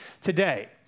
today